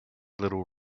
little